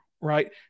right